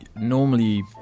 normally